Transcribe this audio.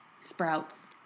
Sprouts